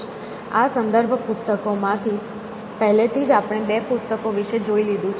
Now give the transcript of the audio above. આ સંદર્ભ પુસ્તકો માંથી પહેલેથી જ આપણે બે પુસ્તકો વિશે જોઈ લીધું છે